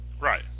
Right